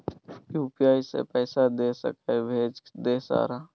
UPI से पैसा दे सके भेज दे सारा?